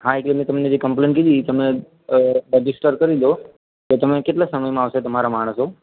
હા એટલે મેં તમને જે કંપ્લેન કીધી એ તમે રજીસ્ટર કરી દો તો તમે કેટલા સમયમાં આવશે તમારા માણસો